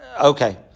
Okay